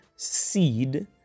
Seed